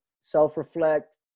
self-reflect